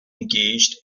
engaged